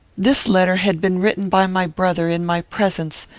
this letter had been written by my brother, in my presence,